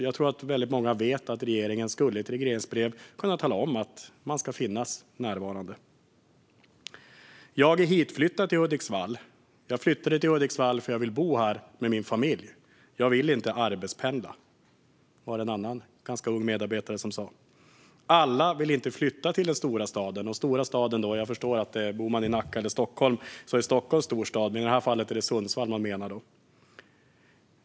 Jag tror att väldigt många känner till att regeringen i ett regleringsbrev skulle kunna tala om att man ska finnas närvarande. En annan, ganska ung medarbetare sa: Jag är hitflyttad till Hudiksvall. Jag flyttade till Hudiksvall för att jag vill bo här med min familj. Jag vill inte arbetspendla. Alla vill inte flytta till den stora staden. Om man bor i Nacka eller Stockholm förstår jag att det är Stockholm som är den stora staden, men i det här fallet är det Sundsvall man menar.